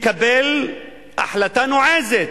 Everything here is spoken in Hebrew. תקבל החלטה נועזת